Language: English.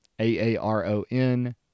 A-A-R-O-N